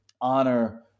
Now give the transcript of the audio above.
honor